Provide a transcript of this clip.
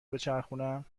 بچرخونم